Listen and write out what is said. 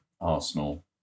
Arsenal